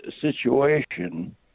situation